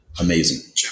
Amazing